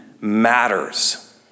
matters